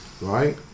right